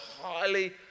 highly